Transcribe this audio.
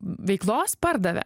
veiklos pardavė